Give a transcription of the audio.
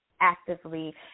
actively